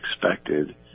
expected